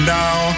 now